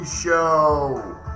Show